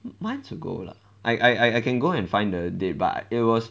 months ago lah I I I can go and find the date but it was